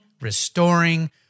restoring